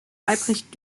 albrecht